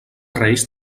reis